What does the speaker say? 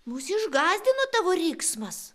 mus išgąsdino tavo riksmas